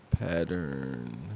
Pattern